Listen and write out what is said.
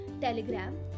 Telegram